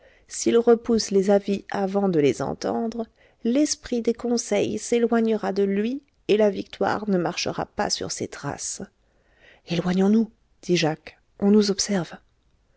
s'il repousse les avis avant de les entendre l'esprit des conseils s'éloignera de lui et la victoire ne marchera pas sur ses traces éloignons-nous dit jacques on nous observe